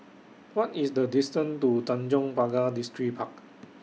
What IS The distance to Tanjong Pagar Distripark